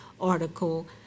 Article